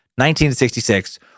1966